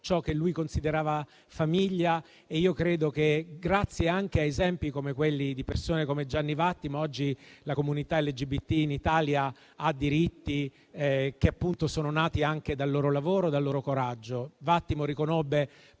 ciò che lui considerava famiglia. E credo che grazie anche ad esempi come quelli di persone come Gianni Vattimo oggi la comunità LGBT in Italia abbia diritti che sono nati anche dal loro lavoro e dal loro coraggio. Vattimo riconobbe